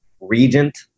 Regent